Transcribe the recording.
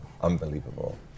Unbelievable